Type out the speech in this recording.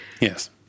Yes